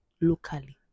locally